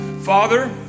Father